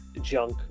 junk